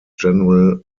general